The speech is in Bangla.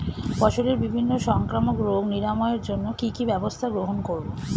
ফসলের বিভিন্ন সংক্রামক রোগ নিরাময়ের জন্য কি কি ব্যবস্থা গ্রহণ করব?